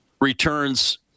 returns